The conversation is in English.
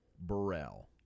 Burrell